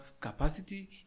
capacity